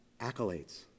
accolades